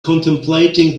contemplating